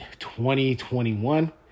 2021